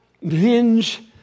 hinge